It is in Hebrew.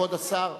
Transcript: כבוד השר.